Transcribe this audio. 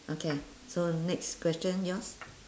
okay so next question yours